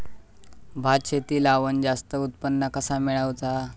भात शेती लावण जास्त उत्पन्न कसा मेळवचा?